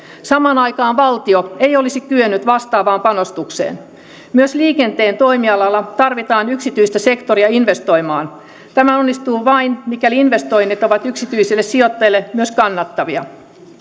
samaan aikaan valtio ei olisi kyennyt vastaavaan panostukseen myös liikenteen toimialalla tarvitaan yksityistä sektoria investoimaan tämä onnistuu vain mikäli investoinnit ovat yksityisille sijoittajille myös kannattavia